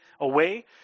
away